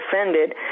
offended